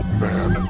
man